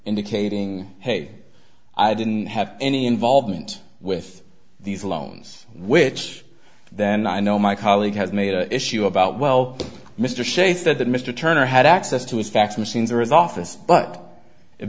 indicating hey i didn't have any involvement with these loans which then i know my colleague has made an issue about well mr sze said that mr turner had access to his fax machines or his office but i